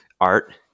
art